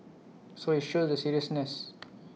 so IT shows the seriousness